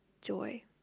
Joy